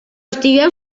estigueu